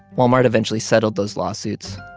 walmart eventually settled those lawsuits.